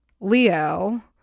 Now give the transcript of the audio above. Leo